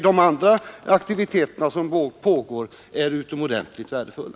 De andra aktiviteterna som pågår är utomordentligt värdefulla.